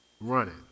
running